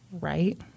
Right